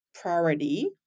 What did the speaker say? priority